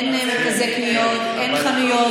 אין מסעדות, אין מרכזי קניות, אין חנויות.